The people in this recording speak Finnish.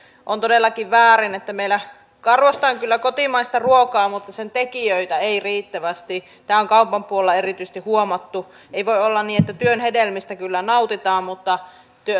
on todellakin väärin että meillä arvostetaan kyllä kotimaista ruokaa mutta sen tekijöitä ei riittävästi tämä on erityisesti kaupan puolella huomattu ei voi olla niin että työn hedelmistä kyllä nautitaan mutta